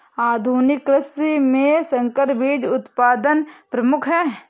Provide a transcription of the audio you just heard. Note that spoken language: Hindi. आधुनिक कृषि में संकर बीज उत्पादन प्रमुख है